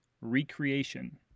recreation